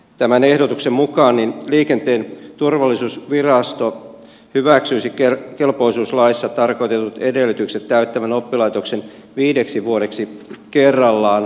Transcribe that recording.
tämän ehdotuksen mukaan liikenteen turvallisuusvirasto hyväksyisi kelpoisuuslaissa tarkoitetut edellytykset täyttävän oppilaitoksen viideksi vuodeksi kerrallaan